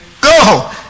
Go